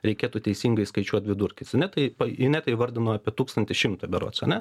reikėtų teisingai skaičiuot vidurkis ane tai pa ineta įvardino apie tūkstantį šimtą berods ane